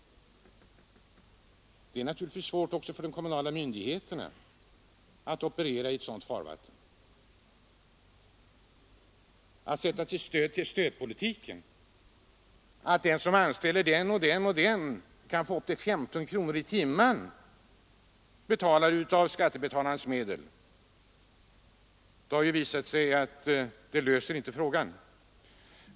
Det är naturligtvis svårt för de kommunala myndigheterna att operera i ett sådant farvatten. Att sätta sin lit till stödpolitiken, att ett företag som anställer den eller den personen kan få upp till 15 kronor per timme i bidrag av skattebetalarnas medel, det löser inte problemet.